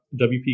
WP